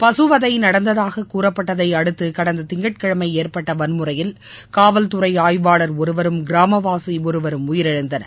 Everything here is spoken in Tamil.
பசுவதை நடந்ததாக கூறப்பட்டதை அடுத்து கடந்த திங்கள் கிழமை ஏற்பட்ட வன்முறையில் காவல்துறை ஆய்வாளர் ஒருவரும் கிராமவாசி ஒருவரும் உயிரிழந்தனர்